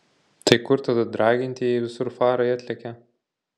tai kur tada draginti jei visur farai atlekia